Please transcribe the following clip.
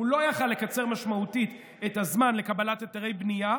הוא לא היה יכול לקצר משמעותית את הזמן לקבלת היתרי בנייה,